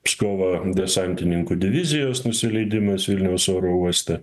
pskovo desantininkų divizijos nusileidimas vilniaus oro uoste